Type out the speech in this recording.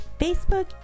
Facebook